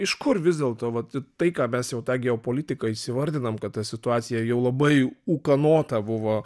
iš kur vis dėlto vat tai ką mes jau tą geopolitiką įvardinam kad ta situacija jau labai ūkanota buvo